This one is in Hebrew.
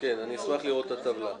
אני אשמח לראות את הטבלה.